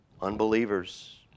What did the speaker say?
Unbelievers